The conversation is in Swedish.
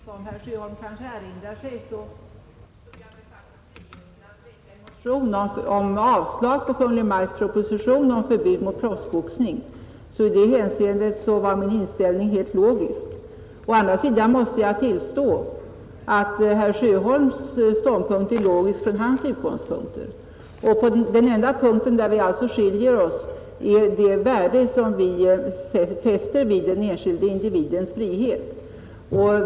Herr talman! Som herr Sjöholm kanske erinrar sig tog jag mig friheten väcka en motion om avslag på Kungl. Maj:ts proposition om förbud mot proffsboxning, så i det hänseendet var min inställning helt logisk. Å andra sidan skall jag tillstå att herr Sjöholms ståndpunkt är logisk från hans utgångspunkter. Den enda punkt där vi alltså skiljer oss åt är det värde vi fäster vid den enskilde individens frihet.